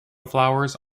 flowers